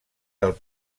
del